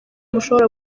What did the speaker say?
mushobora